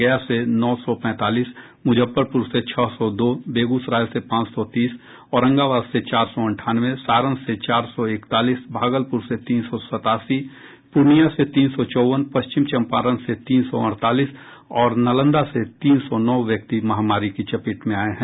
गया से नौ सौ पैंतालीस मुजफ्फरपुर से छह सौ दो बेगूसराय से पांच सौ तीस औरंगाबाद से चार सौ अंठानवे सारण से चौर सौ इकतालीस भागलपुर से तीन सौ सतासी पूर्णिया से तीन सौ चौवन पश्चिम चंपारण से तीन सौ अड़तालीस और नालंदा से तीन सौ नौ व्यक्ति महामारी की चपेट में आए हैं